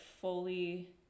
fully